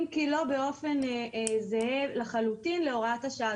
אם כי לא באופן זהה לחלוטין להוראת השעה.